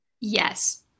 Yes